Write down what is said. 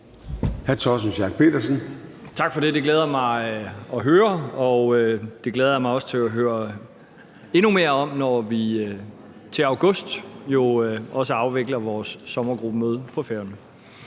Torsten Schack Pedersen (V): Tak for det. Det glæder mig at høre. Det glæder jeg mig også til at høre endnu mere om, når vi til august afvikler vores sommergruppemøde på Færøerne.